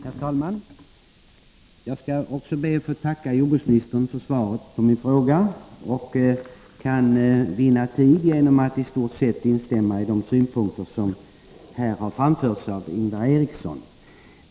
Herr talman! Jag skall också be att få tacka jordbruksministern för svaret på min fråga och kan vinna tid genom att i stort sett instämma i de synpunkter som här har framförts av Ingvar Eriksson.